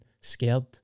scared